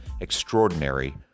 extraordinary